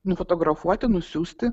nufotografuoti nusiųsti